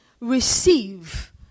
receive